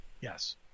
Yes